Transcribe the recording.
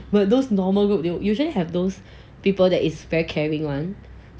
but those normal group they'll you know usually have those people that is very caring [one]